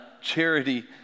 Charity